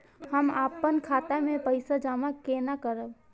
हम अपन खाता मे पैसा जमा केना करब?